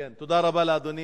תודה רבה לאדוני.